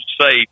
safe